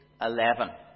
11